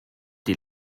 die